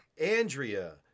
Andrea